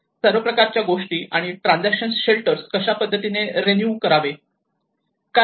सर्व प्रकारच्या गोष्टी आणि ट्रांजेक्शन शेल्टर कशा पद्धतीने रेन्यू करावे